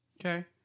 Okay